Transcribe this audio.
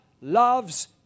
loves